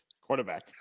Quarterback